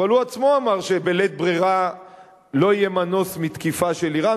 אבל הוא עצמו אמר שבלית ברירה לא יהיה מנוס מתקיפה של אירן.